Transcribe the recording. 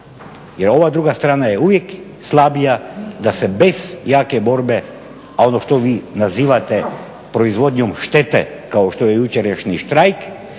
Jer ova druga strana je uvijek slabija da se bez jake borbe a ono što vi nazivate proizvodnjom štete kao što je jučerašnji štrajk